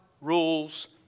rules